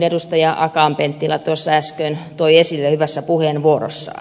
akaan penttilä tuossa äsken toi esille hyvässä puheenvuorossaan